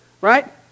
right